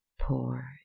Poor